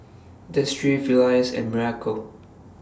Destry Felice and Miracle